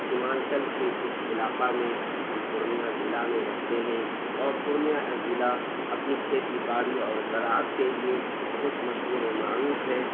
سیمانچل کے اس علاقہ میں ہم پورنیہ ضلع میں رہتے ہیں اور پورنیہ ضلع اپنی کھیتی باڑی اور زراعت کے لیے بہت مشہور و معروف ہے